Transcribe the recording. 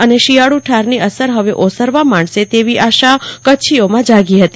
અને શિયાળુ ઠાર ની અસર હવે ઓસરવા માંડશે તેવી આશા કચ્છીઓમાં જાગી હતી